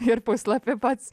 ir puslapį pats